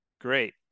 Great